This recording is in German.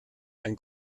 ein